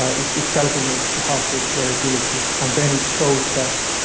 ah it it calculates the heartbeat variability, and then it shows that